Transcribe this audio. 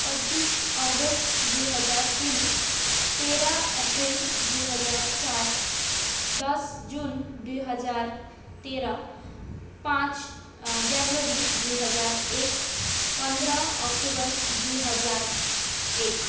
पच्चिस अगस्त दुई हजार तिन तेह्र अप्रेल दुई हजार चार दस जुन दुई हजार तेह्र पाँच जनवरी दुई हजार एक पन्ध्र अक्टोबर दुई हजार एक